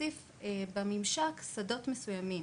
להוסיף בממשק שדות מסוימים,